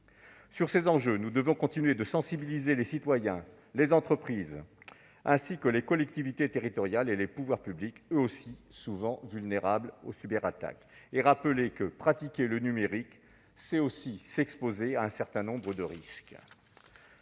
Sur ces enjeux, nous devons continuer de sensibiliser les citoyens, les entreprises ainsi que les collectivités territoriales et les pouvoirs publics, qui sont eux aussi souvent vulnérables aux cyberattaques. Nous devons rappeler que pratiquer le numérique, c'est aussi s'exposer à un certain nombre de risques.